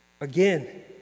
again